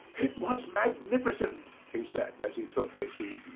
it was magnificent, he said, as he took his seat.